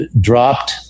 dropped